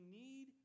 need